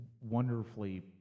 wonderfully